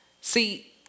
See